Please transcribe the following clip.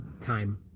time